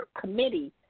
committee